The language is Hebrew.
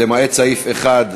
התשע"ה 2014, למעט סעיף 1(2)(ב).